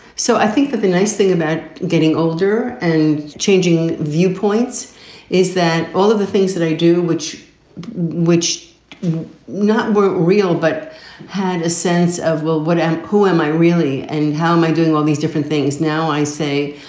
so i think that the nice thing about getting older and changing viewpoints is that all of the things that i do, which which are not were real, but had a sense of, well, what am who am i really? and how am i doing all these different things? now i say,